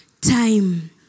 time